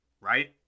right